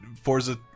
Forza